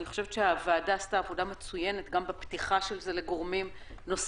אני חושבת שהוועדה עשתה עבודה מצוינת גם בפתיחה של זה לגורמים נוספים.